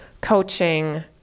coaching